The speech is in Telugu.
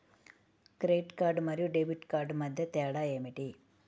క్రెడిట్ కార్డ్ మరియు డెబిట్ కార్డ్ మధ్య తేడా ఏమిటి?